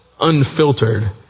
unfiltered